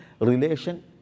Relation